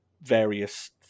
various